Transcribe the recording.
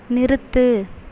நிறுத்து